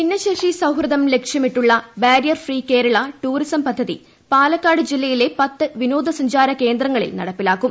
ഭിന്നശേഷി സൌഹൃദം ലക്ഷ്യമിട്ടുള്ള ബാരിയർ ഫ്രീ കേരള ടൂറിസം പദ്ധതി പാലക്കാട് ജില്ലയിലെ പത്ത് വിനോദസഞ്ചാര കേന്ദ്രങ്ങളിൽ നടപ്പാക്കും